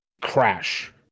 Crash